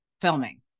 filming